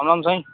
Ram Ram Sai